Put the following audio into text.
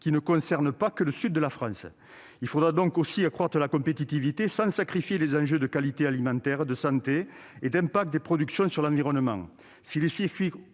qui ne concerne pas que le sud de la France. Il faudra donc améliorer la compétitivité sans sacrifier les enjeux de qualité alimentaire, de santé et d'impact des productions sur l'environnement.